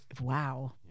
Wow